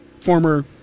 former